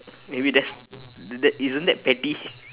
maybe that's that isn't that petty